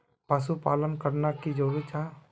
पशुपालन करना की जरूरी जाहा?